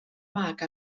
mag